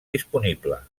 disponible